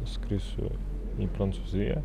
skrisiu į prancūziją